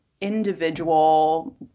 individual